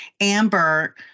Amber